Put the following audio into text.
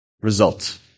result